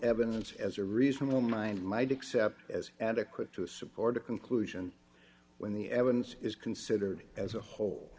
evidence as a reasonable mind my do except as adequate to support a conclusion when the evidence is considered as a whole